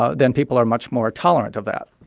ah then people are much more tolerant of that.